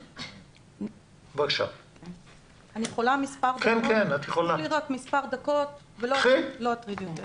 אם אפשר, מספר דקות ולא אטריד יותר.